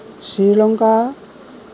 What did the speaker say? Sri Lanka